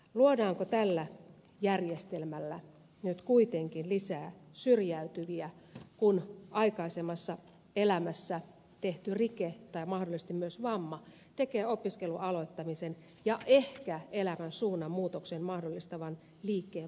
luodaanko tällä järjestelmällä nyt kuitenkin lisää syrjäytyviä kun aikaisemmassa elämässä tehty rike tai mahdollisesti myös vamma tekee opiskelun aloittamisen ja ehkä elämän suunnanmuutoksen mahdollistavan liikkeen mahdottomaksi